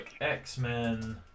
X-Men